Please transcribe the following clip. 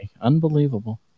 Unbelievable